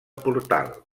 portal